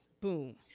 Boom